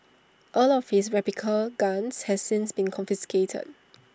all of his replica guns has since been confiscated